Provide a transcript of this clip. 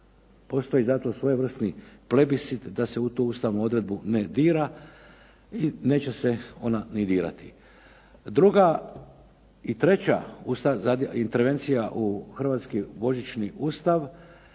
postoji za to svojevrsni plebiscit da se u tu ustavnu odredbu ne dira i neće se ona ni dirati. Druga i treća intervencija u Hrvatski božićni Ustav